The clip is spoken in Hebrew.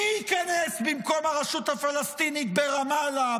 מי ייכנס במקום הרשות הפלסטינית ברמאללה,